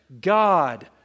God